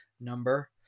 number